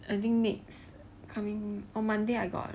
I think next coming on monday I got